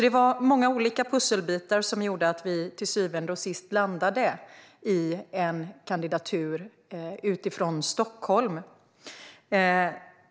Det var alltså många pusselbitar som gjorde att vi till syvende och sist landade i en kandidatur utifrån Stockholm.